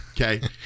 okay